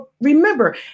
remember